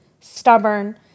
stubborn